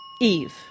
Eve